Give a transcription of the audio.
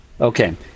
Okay